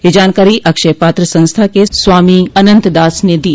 यह जानकारी अक्षयपात्र संस्था के स्वामी अनन्तदास ने दी